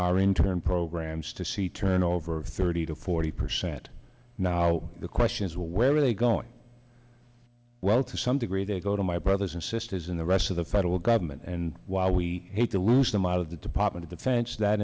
our intern programs to see turnover thirty to forty percent now the question is well where are they going well to some degree they go to my brothers and sisters in the rest of the federal government and while we hate to lose them out of the department of defense that